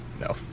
No